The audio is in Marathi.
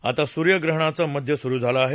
आता सुर्य ग्रहणाचा मध्य सुरू झाला आहे